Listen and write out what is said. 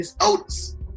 oats